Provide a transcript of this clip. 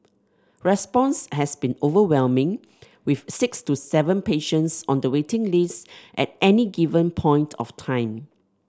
response has been overwhelming with six to seven patients on the waiting list at any given point of time